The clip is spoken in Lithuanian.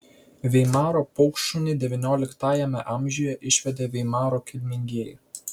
veimaro paukštšunį devynioliktajame amžiuje išvedė veimaro kilmingieji